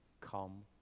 come